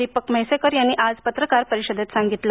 दीपक म्हैसेकर यांनी आज पत्रकार परिषदेत सांगितलं